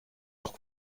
auch